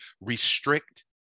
restrict